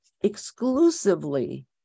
exclusively